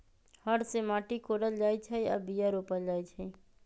हर से माटि कोरल जाइ छै आऽ बीया रोप्ल जाइ छै